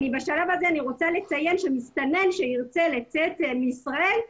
בשלב הזה אני רוצה לציין שמסתנן שירצה לצאת מישראל,